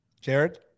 Jared